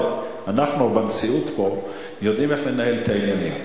אנחנו בנשיאות פה יודעים איך לנהל את העניינים.